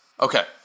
Okay